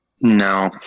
No